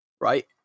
right